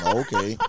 okay